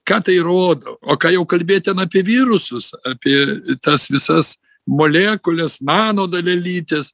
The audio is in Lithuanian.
ką tai rodo o ką jau kalbėt ten apie virusus apie tas visas molekules mano dalelytes